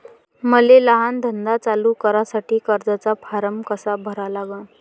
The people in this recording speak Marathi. मले लहान धंदा चालू करासाठी कर्जाचा फारम कसा भरा लागन?